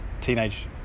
teenage